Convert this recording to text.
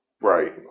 right